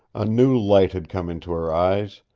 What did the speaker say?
a new light had come into her eyes,